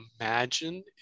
imagine